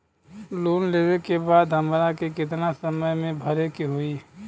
Loan लेवे के बाद हमरा के कितना समय मे भरे के होई?